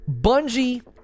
Bungie